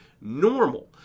normal